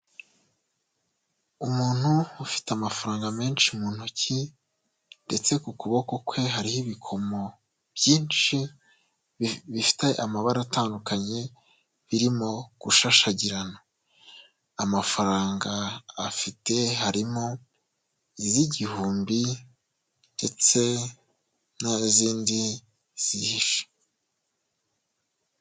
Umuntu ufite amafaranga menshi mu ntoki ndetse ku kuboko kwe hariho ibikomo byinshi bifite amabara atandukanye birimo gushashagirana, amafaranga afite harimo iz'igihumbi ndetse n'izindi zihishe.